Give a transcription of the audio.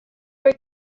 were